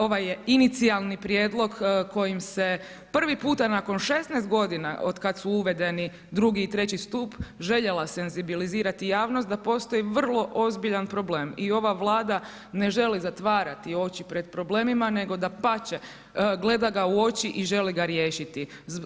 Ovaj je inicijalni prijedlog kojim se prvi puta nakon 16 godina od kada su uvedeni drugi i treći stup željela senzibilizirati javnost da postoji vrlo ozbiljan problem i ova Vlada ne želi zatvarati oči pred problemima nego dapače gleda da u oči i želi ga riješiti.